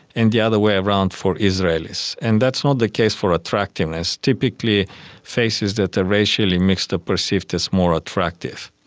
and the other way around for israelis. and that's not the case for attractiveness. typically faces that are racially mixed are perceived as more attractive.